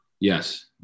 yes